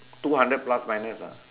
two hundred plus minus ah